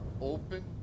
open